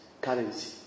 currency